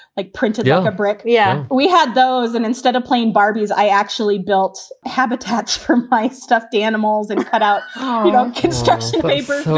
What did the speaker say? like printing yeah a brick yeah, we had those. and instead of playing barbies, i actually built habitats for my stuffed animals and cut out um you know construction paper